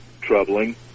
troubling